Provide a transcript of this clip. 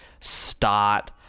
start